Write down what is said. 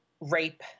rape